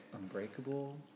unbreakable